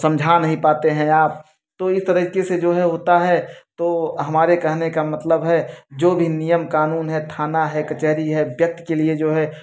समझा नहीं पाते हैं आप तो इस तरीके से जो है होता है तो हमारे कहने का मतलब है जो भी नियम कानून है थाना है कचहरी है व्यक्ति के लिए जो है